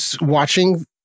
watching